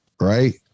right